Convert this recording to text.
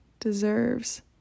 Deserves